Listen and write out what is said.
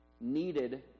needed